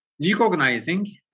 Recognizing